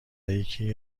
یکی